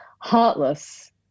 heartless